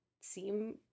seem